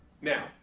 Now